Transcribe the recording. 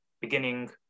beginning